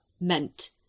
meant